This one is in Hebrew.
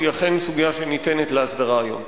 היא אכן סוגיה שניתנת להסדרה היום.